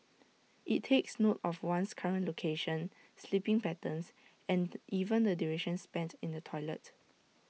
IT takes note of one's current location sleeping patterns and even the duration spent in the toilet